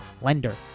Lender